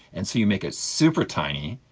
and so you make it super tiny.